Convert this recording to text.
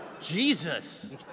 Jesus